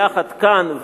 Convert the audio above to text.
יחד כאן,